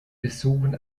besuchen